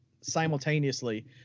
simultaneously